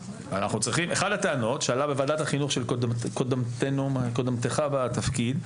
אחת הטענות שעלו בוועדת החינוך של קודמתך בתפקיד,